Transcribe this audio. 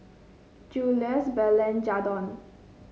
Julious Belen Jadon